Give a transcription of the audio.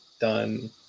done